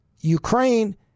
Ukraine